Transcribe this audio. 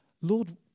Lord